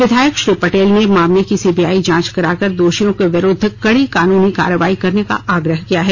विधायक श्री पटेल ने मामले की सीबीआई जांच कराकर दोषियों के विरूद्व कड़ी कानूनी कार्रवाई करने का आग्रह किया है